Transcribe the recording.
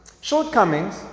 shortcomings